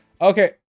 Okay